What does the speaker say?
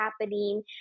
happening